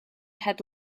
had